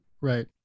Right